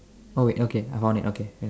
oh wait okay I found it okay